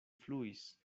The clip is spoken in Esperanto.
fluis